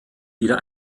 wieder